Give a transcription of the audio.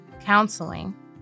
counseling